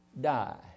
die